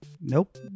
Nope